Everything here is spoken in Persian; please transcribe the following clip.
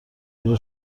گرون